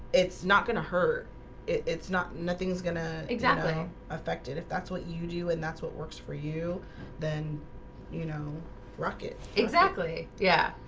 it's not gonna hurt it's not nothing's gonna exactly effect it if that's what you do and that's what works for you then you know rock it exactly. yeah.